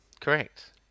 Correct